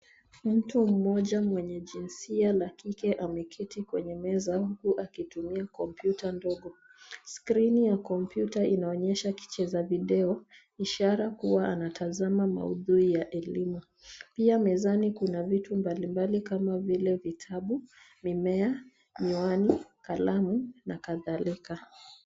Ni mtu mmoja mwenye jinsia la kike ameketi kwenye meza, huku akitumia kompyuta ndogo. Skrini ya kompyuta inaonyesha kicheza video, ishara kuwa anatazama maudhui ya elimu. Pia mezani kuna vitu mbalimbali kama vile; vitabu, mimea, miwani, kalamu na kadhalika.